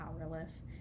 powerless